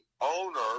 owner